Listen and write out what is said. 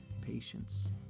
patience